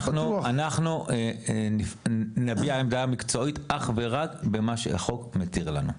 אנחנו נביע עמדה מקצועית אך ורק במה שהחוק מתיר לנו.